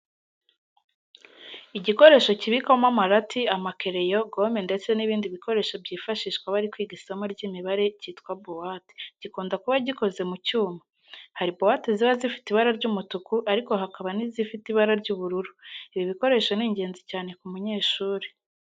Igikoresho kibikwamo amarati, amakereyo, gome ndetse n'ibindi bikoresho byifashihswa bari kwiga isomo ry'imibare cyitwa buwate, gikunda kuba gikoze mu cyuma. Hari buwate ziba zifite ibara ry'umutuku ariko hakaba n'izifite ibara ry'ubururu. Ibi bikoresho ni ingenzi cyane ku munyeshuri.